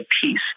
peace